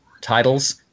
titles